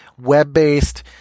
web-based